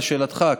לשאלתך,